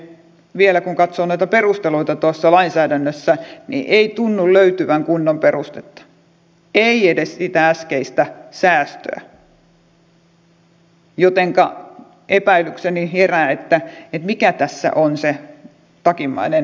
kun katsoo noita perusteluita tuossa lainsäädännössä niin ei tunnu löytyvän kunnon perustetta ei edes sitä äskeistä säästöä jotenka epäilykseni herää että mikä tässä on se takimmainen tarkoitus